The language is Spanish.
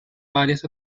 varias